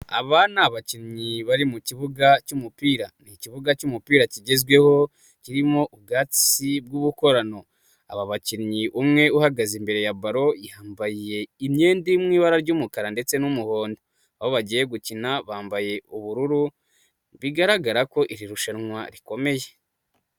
Aba ni abakinnyi bari mu kibuga cy'umupira, ni ikibuga cy'umupira kigezweho kirimo ubwatsi bw'ubukorano, aba bakinnyi umwe uhagaze imbere ya ballon, yambaye imyenda iri mu ibara ry'umukara ndetse n'umuhondo, aho bagiye gukina bambaye ubururu, bigaragara ko iri rushanwa rikomeye.